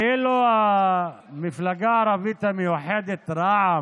שהמפלגה הערבית המאוחדת, רע"מ,